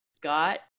got